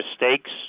mistakes